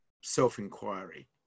self-inquiry